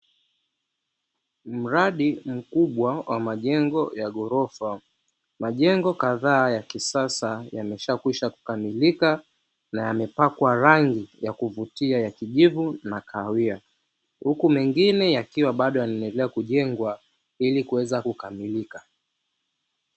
Mradi mkubwa wa majengo ya ghorofa. Majengo kadhaa ya kisasa yemeshakwisha kukamilika na yamepakwa rangi ya kuvutia ya kijivu na kahawia, huku mengine yakiwa bado yanaendelea kujengwa ili kuweza kukamilika.